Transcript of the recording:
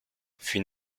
fut